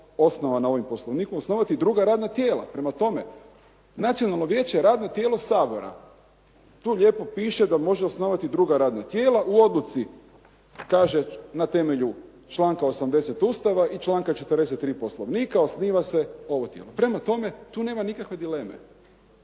osnovana ovim poslovnikom osnovati druga radna tijela. Prema tome, Nacionalno vijeće je radno tijelo Sabora. Tu lijepo piše da može osnovati druga radna tijela u odluci kaže na temelju članka 80. Ustava i članka 43. poslovnika osniva se ovo tijelo. Prema tome, tu nema nikakve dileme.